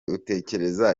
utekereza